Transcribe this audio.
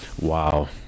wow